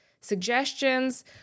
suggestions